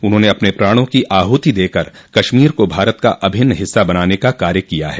उन्होंने अपने प्राणों की आहुति देकर कश्मीर को भारत का अभिन्न हिस्सा बनाने का कार्य किया है